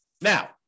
Now